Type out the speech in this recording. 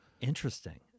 Interesting